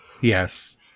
Yes